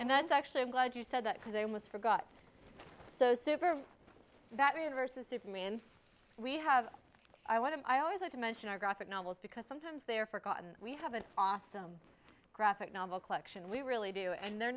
and that's actually i'm glad you said that because it was for got so super that reverses superman we have i want to i always like to mention our graphic novels because sometimes they're forgotten we have an awesome graphic novel collection we really do and they're